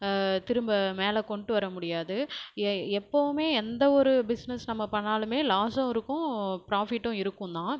திரும்ப மேலே கொண்டுட்டு வர முடியாது எ எப்பவுமே எந்த ஒரு பிஸ்னஸ் நம்ம பண்ணாலும் லாஸும் இருக்கும் ப்ராஃபிட்டும் இருக்கும் தான்